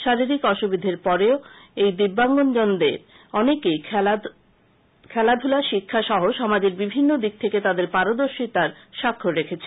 শারীরিক অসুবিধের পরও এই দিব্যাঙ্গজনেদের অনেকেই শিক্ষা খেলাধূলা সহ সমাজের বিভিন্ন দিক থেকে তাদের পারদর্শিতার স্বাক্ষর রেখেছেন